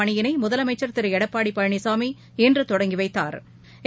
பணியினைமுதலமைச்சா் திருஎடப்பாடிபழனிசாமி இன்றுதொடங்கிவைத்தாா்